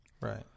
Right